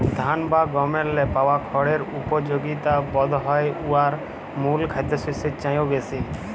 ধাল বা গমেল্লে পাওয়া খড়ের উপযগিতা বধহয় উয়ার মূল খাদ্যশস্যের চাঁয়েও বেশি